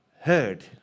heard